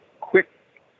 quick